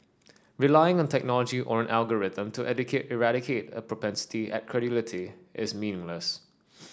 relying on technology or an algorithm to eradicate a propensity at credulity is meaningless